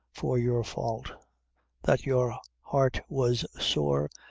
for your fault that your heart was sore,